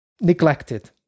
neglected